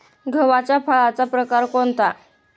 गव्हाच्या फळाचा प्रकार कोणता?